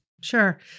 Sure